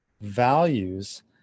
values